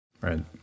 Right